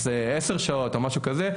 אז 10 שעות או משהו כזה,